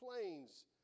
planes